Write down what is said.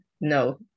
no